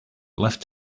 left